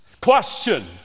Question